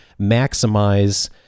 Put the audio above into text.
maximize